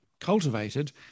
cultivated